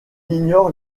ignore